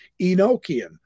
Enochian